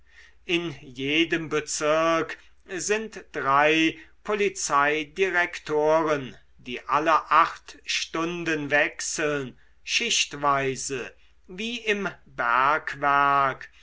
in jedem bezirk sind drei polizeidirektoren die alle acht stunden wechseln schichtweise wie im